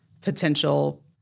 potential